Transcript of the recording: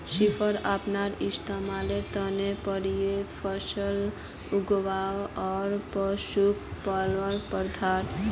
सिर्फ अपनार इस्तमालेर त न पर्याप्त फसल उगव्वा आर पशुक पलवार प्रथा